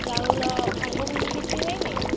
ଚାଉଳ ଭାଙ୍ଗ ଭୁଙ୍ଗି କିଛି ହେଇନି